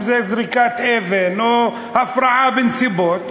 אם זריקת אבן או הפרעה בנסיבות,